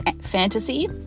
fantasy